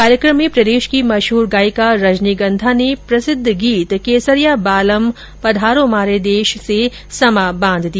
कार्यक्रम में प्रदेश की मशहूर गायिका रजनीगंधा ने प्रसिद्ध गीत केसरिया बालम पधारो म्हारे देश से समा बांध दिया